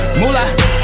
mula